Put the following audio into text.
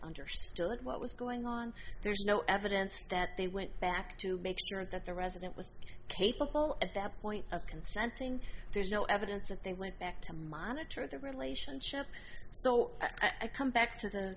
understood what was going on there's no evidence that they went back to make certain that the resident was capable at that point of consenting there's no evidence that they went back to monitor the relationship so i come back to the